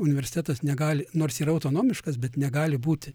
universitetas negali nors yra autonomiškas bet negali būti